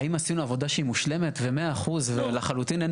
האם עשינו עבודה שהיא מושלמת ומאה אחוז ולחלוטין אין